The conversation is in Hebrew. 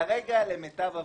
כרגע למיטב הבנתי,